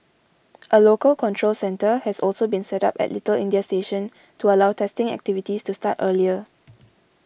a local control centre has also been set up at Little India station to allow testing activities to start earlier